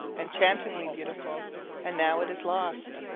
enchantingly beautiful and now it is lost,